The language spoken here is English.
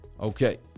Okay